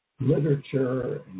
literature